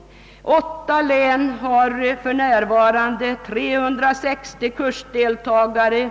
I åtta län har man för närvarande sammanlagt 28 kurser med 360 kursdeltagare.